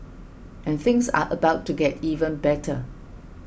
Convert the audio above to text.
and things are about to get even better